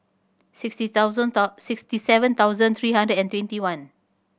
sixty thousand sixty seven thousand three hundred and twenty one